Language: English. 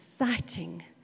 exciting